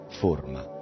forma